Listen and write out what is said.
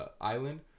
island